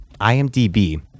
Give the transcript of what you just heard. IMDb